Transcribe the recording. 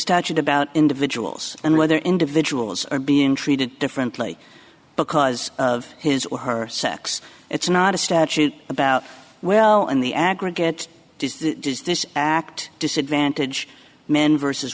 statute about individuals and whether individuals are being treated because of his or her sex it's not a statute about well in the aggregate does this act disadvantage men vers